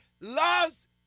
loves